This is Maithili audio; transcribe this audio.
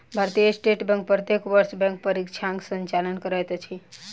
भारतीय स्टेट बैंक प्रत्येक वर्ष बैंक परीक्षाक संचालन करैत अछि